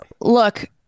Look